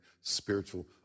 spiritual